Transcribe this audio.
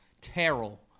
Terrell